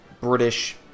British